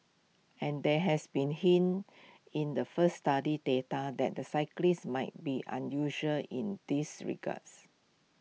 and there has been hints in the first study's data that the cyclists might be unusual in these regards